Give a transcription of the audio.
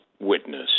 witness